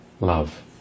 love